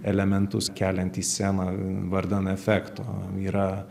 elementus keliant į sceną vardan efekto yra